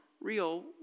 real